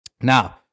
Now